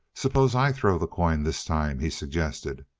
suppose i throw the coin this time? he suggested.